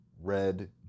red